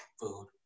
food